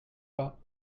pas